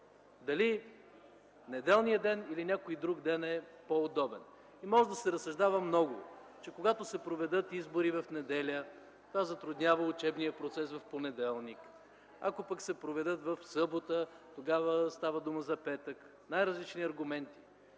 дали неделният ден или някой друг ден е по-удобен. Може да се разсъждава много. Когато се проведат избори в неделя – това затруднява учебния процес в понеделник. Ако пък се проведат в събота, тогава става дума за петък. Най-различни аргументи.